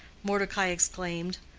mordecai exclaimed,